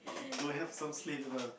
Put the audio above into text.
to have some sleep well